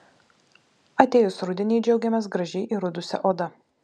atėjus rudeniui džiaugiamės gražiai įrudusia oda